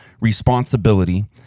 responsibility